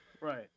Right